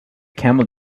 camel